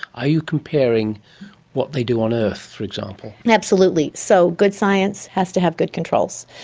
are you comparing what they do on earth, for example? absolutely. so good science has to have good controls,